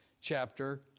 chapter